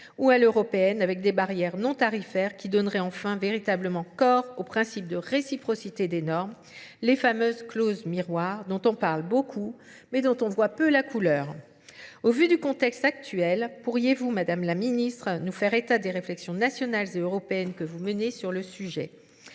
ou à l'européenne avec des barrières non tarifaires qui donneraient enfin véritablement corps aux principes de réciprocité des normes, les fameuses clauses miroirs dont on parle beaucoup mais dont on voit peu la couleur. Au vu du contexte actuel, pourriez-vous, Madame la Ministre, nous faire état des réflexions nationales et européennes que vous menez sur le sujet ?